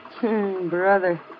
Brother